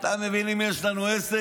אתה מבין עם מי יש לנו עסק?